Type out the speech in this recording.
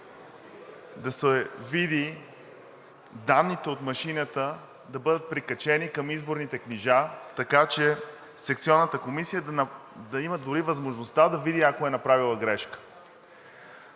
да се види – данните от машината, да бъдат прикачени към изборните книжа, така че секционната комисия да има дори възможността да види, ако е направила грешка.